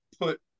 put